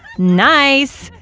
nice.